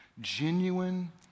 genuine